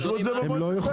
תאשרו את זה במועצת העיר.